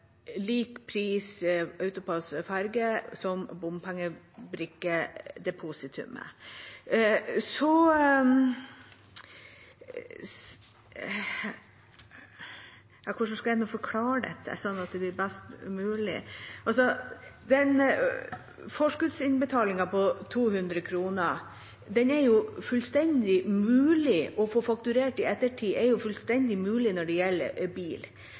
best mulig – forskuddsinnbetalingen på 200 kr er jo fullstendig mulig å få fakturert i ettertid, det er jo fullstendig mulig når det gjelder bil.